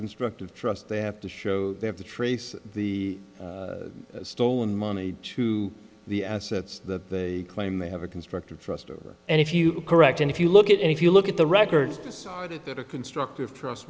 constructive trust they have to show they have to trace the stolen money to the assets that they claim they have a constructive trust over and if you correct and if you look at and if you look at the records decided that a constructive trust